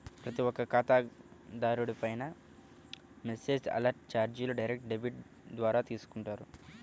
ప్రతి ఒక్క ఖాతాదారుడిపైనా మెసేజ్ అలర్ట్ చార్జీలు డైరెక్ట్ డెబిట్ ద్వారా తీసుకుంటారు